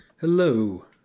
Hello